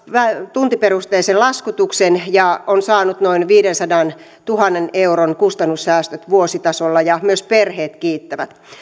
tuntiperusteisen laskutuksen ja on saanut noin viidensadantuhannen euron kustannussäästöt vuositasolla ja myös perheet kiittävät